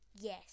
Yes